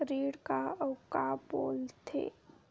ऋण का अउ का बोल थे?